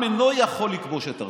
עם אינו יכול לכבוש את ארצו.